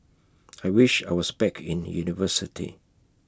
I wish I was back in university